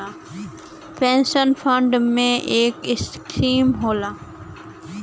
pension fund में एक scheme होला